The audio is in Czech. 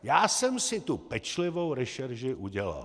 Já jsem si tu pečlivou rešerši udělal.